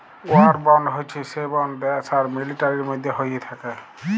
war bond হচ্যে সে bond দ্যাশ আর মিলিটারির মধ্যে হ্য়েয় থাক্যে